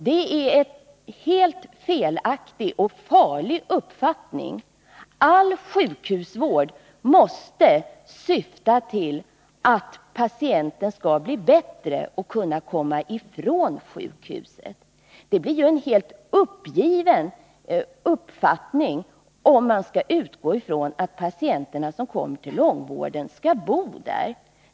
Det är en helt felaktig och farlig uppfattning. All sjukhusvård måste syfta till att patienten skall bli bättre och kunna komma ifrån sjukhuset. Det leder ju till total uppgivenhet om man skall utgå från att patienter som kommer till långvården skall bo där.